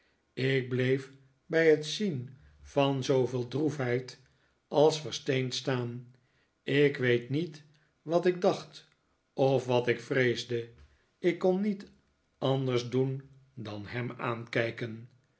ik bleef bij het zien van zooveel droefheid als versteend staan ik weet niet wat ik dacht of wat ik vreesde ik kon niet anders doen dan hem aankijken